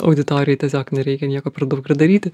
auditorijai tiesiog nereikia nieko per daug ir daryti